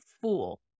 fool